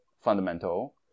fundamental